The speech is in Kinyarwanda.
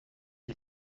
cya